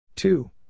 Two